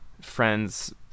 friends